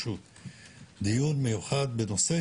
דיון מיוחד בנושא